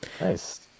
nice